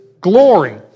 glory